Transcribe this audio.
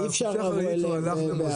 הוא הלך יותר למוסדות.